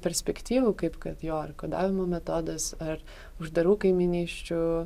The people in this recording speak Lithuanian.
perspektyvų kaip kad jo ar kodavimo metodas ar uždarų kaimynysčių